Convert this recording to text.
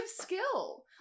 skill